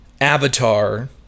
avatar